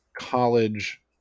college